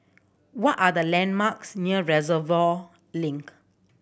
what are the landmarks near Reservoir Link